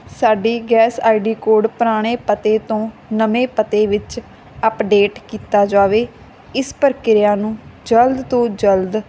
ਸਾਡੀ gas ID code ਪੁਰਾਣੇ ਪਤੇ ਤੋਂ ਨਵੇਂ ਪਤੇ ਵਿੱਚ ਅਪਡੇਟ ਕੀਤਾ ਜਾਵੇ ਇਸ ਪ੍ਰਕਿਰਿਆ ਨੂੰ ਜਲਦ ਤੋਂ ਜਲਦ